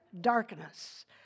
darkness